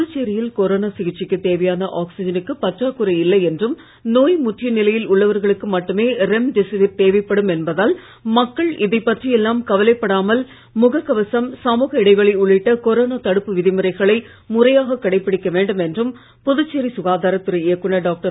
புதுச்சேரியில் கொரோனா சிகிச்சைக்குத் தேவையான ஆக்ஸிஜனுக்கு பற்றாக்குறை இல்லை என்றும் நோய் முற்றிய நிலையில் உள்ளவர்களுக்கு மட்டுமே ரெம்டெசிவிர் தேவைப்படும் என்பதால் மக்கள் இதைப்பற்றி எல்லாம் கவலைப்படாமல் முக கவசம் சமூக இடைவெளி உள்ளிட்ட கொரோனா தடுப்பு விதிமுறைகளை முறையாக கடைபிடிக்க வேண்டும் என்றும் புதுச்சேரி சுகாதாரத் துறை இயக்குநர் டாக்டர்